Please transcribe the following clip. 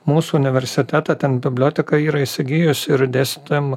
mūsų universitete ten biblioteka yra įsigijus ir dėstytojam